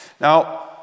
Now